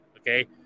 Okay